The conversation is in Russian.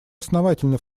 основательно